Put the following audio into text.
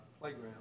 playground